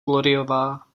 gloryová